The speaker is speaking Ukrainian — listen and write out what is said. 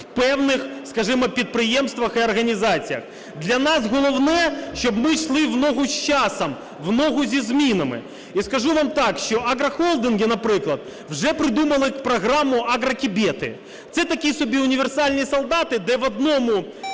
скажімо, підприємствах і організаціях? Для нас головне - щоб ми йшли в ногу з часом, в ногу зі змінами. І скажу вам так, що агрохолдинги, наприклад, вже придумали програму "Агротибети". Це такі собі "універсальні солдати", де в одній